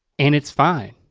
and it's fine.